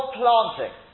planting